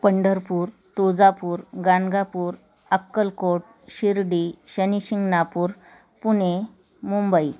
Pandharpur Tuljapur Ganagapur Akkalkot Shirdi Shanishingnapur Pune Mumbai